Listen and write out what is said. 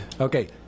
Okay